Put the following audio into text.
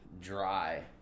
dry